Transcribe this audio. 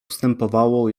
ustępowało